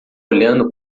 olhando